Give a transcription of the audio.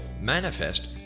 manifest